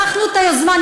שכחנו את היוזמה,